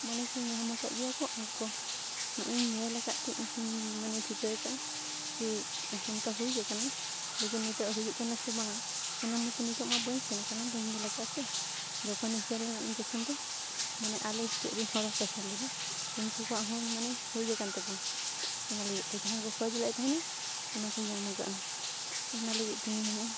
ᱢᱟᱱᱮ ᱠᱤ ᱧᱟᱢ ᱟᱠᱟᱫ ᱜᱮᱭᱟ ᱠᱚ ᱟᱨᱠᱚ ᱱᱚᱜᱼᱚᱭ ᱧᱮᱞ ᱟᱠᱟᱫᱼᱛᱮ ᱤᱧ ᱦᱚᱧ ᱢᱟᱱᱮ ᱪᱤᱠᱟᱹ ᱟᱠᱟᱜᱼᱟ ᱠᱤ ᱚᱱᱠᱟ ᱦᱩᱭ ᱟᱠᱟᱱᱟ ᱞᱮᱠᱤᱱ ᱱᱤᱛᱳᱜ ᱦᱩᱭᱩᱜ ᱠᱟᱱᱟ ᱥᱮ ᱵᱟᱝᱼᱟ ᱚᱱᱟ ᱢᱚᱛᱚ ᱱᱤᱛᱳᱜᱼᱢᱟ ᱵᱟᱹᱧ ᱥᱮᱱ ᱟᱠᱟᱱᱟ ᱵᱟᱹᱧ ᱧᱮᱞ ᱟᱠᱟᱫᱟ ᱥᱮ ᱡᱚᱠᱷᱚᱱᱤᱧ ᱥᱮᱱ ᱞᱮᱱᱟ ᱩᱱ ᱡᱚᱠᱷᱚᱱ ᱫᱚ ᱢᱟᱱᱮ ᱟᱞᱮᱥᱮᱫ ᱨᱮᱱ ᱦᱚᱲ ᱦᱚᱸᱠᱚ ᱥᱮᱱ ᱞᱮᱱᱟ ᱩᱱᱠᱩ ᱠᱚᱣᱟᱜ ᱦᱚᱸ ᱢᱟᱱᱮ ᱦᱩᱭ ᱟᱠᱟᱱ ᱛᱟᱠᱚᱣᱟ ᱚᱱᱟ ᱞᱟᱹᱜᱤᱫᱼᱛᱮ ᱡᱟᱦᱟᱸ ᱠᱚ ᱠᱷᱚᱡᱽ ᱞᱮᱫ ᱛᱟᱦᱮᱱᱟ ᱚᱱᱟᱠᱚ ᱧᱟᱢ ᱟᱠᱟᱜᱼᱟ ᱚᱱᱟ ᱞᱟᱹᱜᱤᱫ ᱛᱤᱧ ᱢᱮᱱᱮᱜᱼᱟ